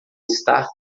star